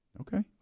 Okay